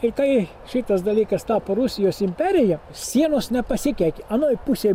ir kai šitas dalykas tapo rusijos imperija sienos nepasikeitė anoj pusėj